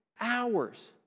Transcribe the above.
hours